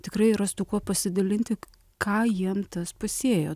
tikrai rastų kuo pasidalinti ką jiem tas pasėjo